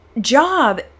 job